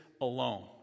alone